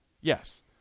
yes